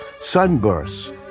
sunbursts